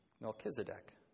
Melchizedek